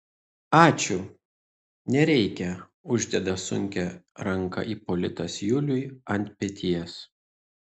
ačiū nereikia uždeda sunkią ranką ipolitas juliui ant peties